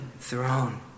throne